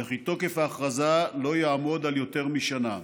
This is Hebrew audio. וכי תוקף ההכרזה לא יעמוד על יותר משנה.